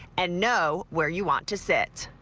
and know where you want to sit.